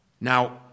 Now